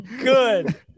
good